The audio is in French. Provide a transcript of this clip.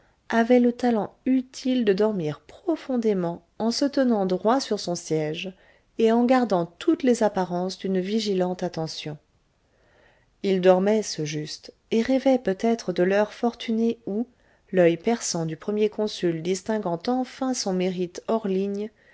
avait le talent utile de dormir profondément en se tenant droit sur son siège et en gardant toutes les apparences d'une vigilante attention il dormait ce juste et rêvait peut-être de l'heure fortunée où l'oeil perçant du premier consul distinguant enfin son mérite hors ligne